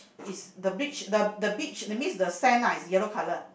is the beach the the beach that's mean the sand lah is yellow colour